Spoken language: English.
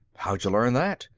how'd you learn that?